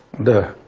the